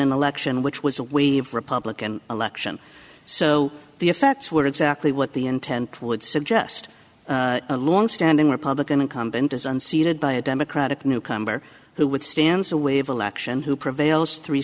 an election which was a wave republican election so the effects were exactly what the intent would suggest a long standing republican incumbent is unseated by a democratic newcomer who withstands a wave election who prevails three